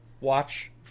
watch